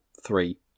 three